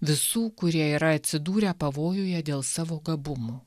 visų kurie yra atsidūrę pavojuje dėl savo gabumų